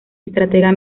estratega